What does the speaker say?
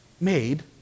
made